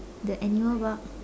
the animal bark